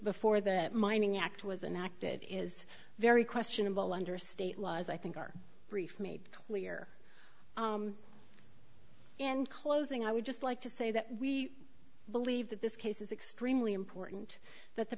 before that mining act was enacted is very questionable under state law as i think our brief made we're in closing i would just like to say that we believe that this case is extremely important that the